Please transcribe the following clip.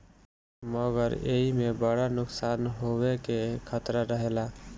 मगर एईमे बड़ा नुकसान होवे के खतरा रहेला